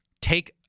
take